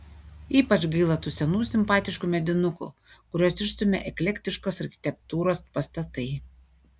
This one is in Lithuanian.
ypač gaila tų senų simpatiškų medinukų kuriuos išstumia eklektiškos architektūros pastatai